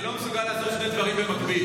אני לא מסוגל לעשות שני דברים במקביל.